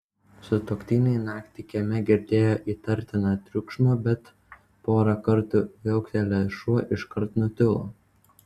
sutuoktiniai naktį kieme girdėjo įtartiną triukšmą bet porą kartų viauktelėjęs šuo iškart nutilo